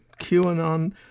QAnon